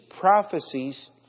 prophecies